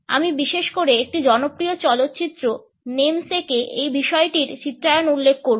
আমি বিশেষ করে একটি জনপ্রিয় চলচ্চিত্র Namesake এ এই বিষয়টির চিত্রায়ন উল্লেখ করব